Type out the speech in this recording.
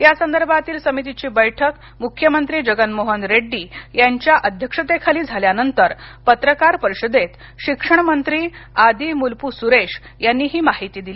या संदर्भातील समितीची बैठक मुख्यमंत्री जगन मोहन रेड्डी यांच्या अध्यक्षतेखाली झाल्यानंतर पत्रकार परिषदेत शिक्षण मंत्री आदिमुल्पू सुरेश यांनी ही माहिती दिली